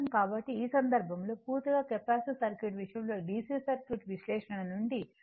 కాబట్టి ఈ సందర్భంలో పూర్తిగా కెపాసిటివ్ సర్క్యూట్ విషయంలో DC సర్క్యూట్ విశ్లేషణ నుండి q C V అని తెలుసు